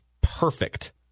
perfect